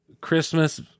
Christmas